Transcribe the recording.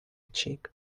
cheek